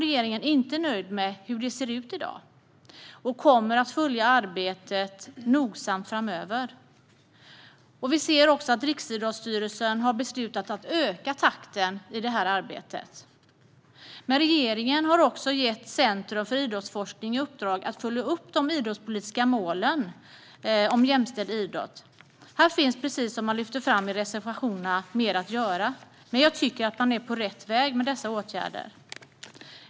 Regeringen är inte nöjd med hur det ser ut i dag och kommer att följa arbetet nogsamt framöver. Riksidrottsstyrelsen har beslutat att öka takten i detta arbete. Men regeringen har också gett Centrum för idrottsforskning i uppdrag att följa upp de idrottspolitiska målen om jämställd idrott. Här finns, precis som man lyfter fram i reservationerna, mer att göra. Men jag tycker att man är på rätt väg med dessa åtgärder.